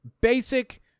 basic